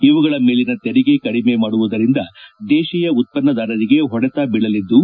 ಇವುಗಳ ಮೇಲಿನ ತೆರಿಗೆ ಕಡಿಮೆ ಮಾಡುವುದರಿಂದ ದೇಶೀಯ ಉತ್ಪನ್ನದಾರರಿಗೆ ಹೊಡೆತ ಬೀಳಲಿದ್ದು